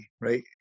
Right